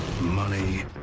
money